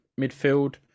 midfield